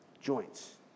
Joints